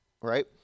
right